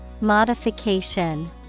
Modification